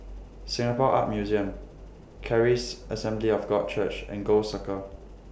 Singapore Art Museum Charis Assembly of God Church and Gul Circle